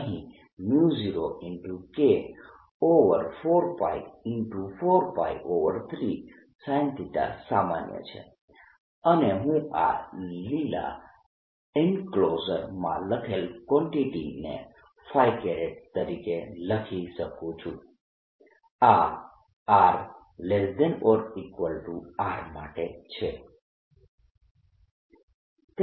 અહીં 0K4π4π3rsinθ સામાન્ય છે અને હું આ લીલા એન્ક્લોઝર માં લખેલ કવાન્ટીટીને તરીકે લખી શકું છું આ r≤R માટે છે